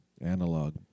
Analog